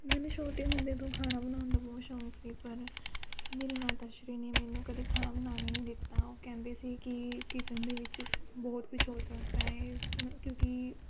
ਮੈਨੂੰ ਛੋਟੇ ਹੁੰਦੇ ਤੋਂ ਖਾਣਾ ਬਣਾਉਣ ਦਾ ਬਹੁਤ ਸ਼ੌਕ ਸੀ ਪਰ ਮੇਰੀ ਮਾਤਾ ਸ਼੍ਰੀ ਨੇ ਮੈਨੂੰ ਕਦੇ ਖਾਣਾ ਬਣਾਉਣ ਹੀ ਨਹੀਂ ਦਿੱਤਾ ਉਹ ਕਹਿੰਦੇ ਸੀ ਕਿ ਕਿਚਨ ਦੇ ਵਿੱਚ ਬਹੁਤ ਕੁਛ ਹੋ ਸਕਦਾ ਹੈ ਕਿਉਂਕਿ